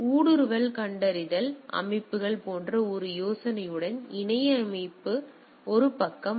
உங்கள் ஊடுருவல் கண்டறிதல் அமைப்புகள் என்ற ஒரு யோசனையுடன் இணைய இணைப்பு ஒரு பக்கம்